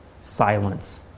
silence